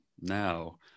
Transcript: now